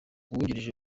uwungirije